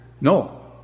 No